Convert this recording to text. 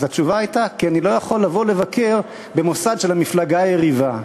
אז התשובה הייתה: כי אני לא יכול לבוא לבקר במוסד של המפלגה היריבה.